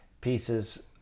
pieces